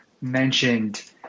mentioned